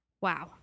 wow